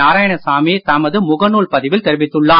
நாராயணசாமி தமது முகநூல் பதிவில் தெரிவித்துள்ளார்